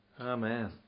Amen